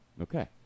Okay